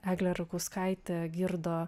eglė rakauskaitė girdo